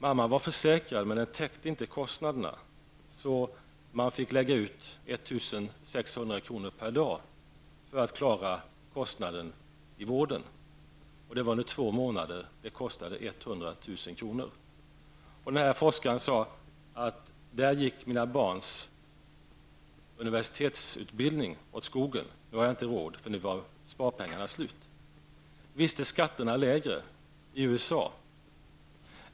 Mamman var försäkrad, men försäkringen täckte inte kostnaderna. Så man fick lägga ut 1 600 kr. per dag för att klara sjukvårdskostnaderna. För två månader blev det 100 000 kr. Forskaren sade att där gick hans barns universitetsutbildning åt skogen. Han hade inte råd, för nu var sparpengarna slut. Visst är skatterna lägre i USA.